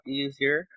easier